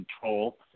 control